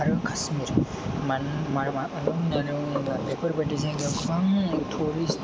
आरो काश्मीर मानो मानोबा मानो होननानै बुङोबा बेफोरबायदि जायगायाव गोबां टुरिष्ट